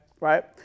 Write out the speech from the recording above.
Right